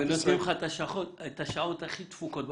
ונותנים לך את השעות הכי דפוקות במערכת.